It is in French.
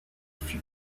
fut